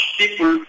people